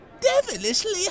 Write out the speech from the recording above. devilishly